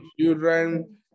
children